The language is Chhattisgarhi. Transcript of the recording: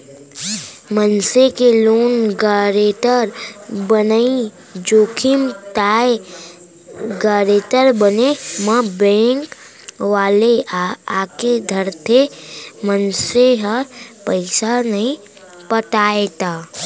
मनसे के लोन गारेंटर बनई जोखिम ताय गारेंटर बने म बेंक वाले आके धरथे, मनसे ह पइसा नइ पटाय त